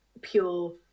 pure